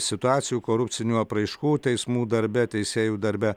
situacijų korupcinių apraiškų teismų darbe teisėjų darbe